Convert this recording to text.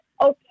okay